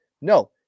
No